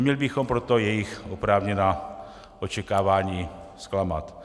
Neměli bychom proto jejich oprávněná očekávání zklamat.